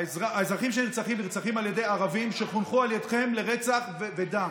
האזרחים שנרצחים נרצחים על ידי ערבים שחונכו על ידיכם לרצח ודם.